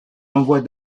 envoie